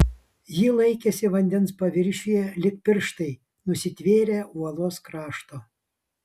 ji laikėsi vandens paviršiuje lyg pirštai nusitvėrę uolos krašto